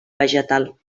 vegetal